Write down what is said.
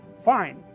fine